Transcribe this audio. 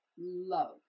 love